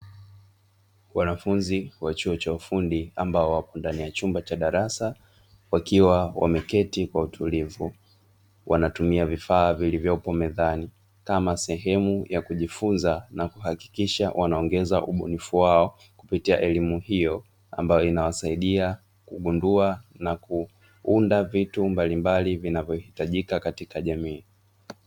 Wanafunzi wa chuo cha ufundi ambao wapo ndani ya chumba cha darasa, wakiwa wameketi kwa utulivu. Wanatumia vifaa vilivyopo mezani kama sehemu ya kujifunza na kuhakikisha wanaongeza ubunifu wao kupitia elimu hiyo, ambayo inawasaidia kugundua na kuunda vitu mbalimbali vinavyohitajika katika jamii.